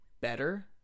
better